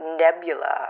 nebula